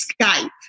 Skype